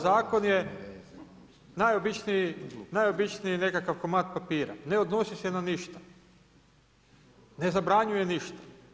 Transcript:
Zakon je najobičniji nekakav komad papira, ne odnosi se na ništa, ne zabranjuje ništa.